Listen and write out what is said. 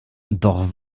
doch